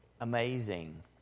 amazing